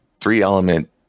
three-element